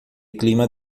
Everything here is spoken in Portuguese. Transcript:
clima